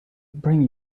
bring